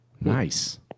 Nice